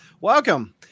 welcome